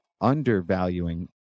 undervaluing